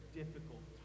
difficult